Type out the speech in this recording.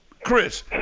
Chris